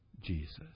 Jesus